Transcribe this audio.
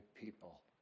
people